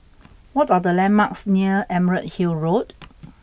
what are the landmarks near Emerald Hill Road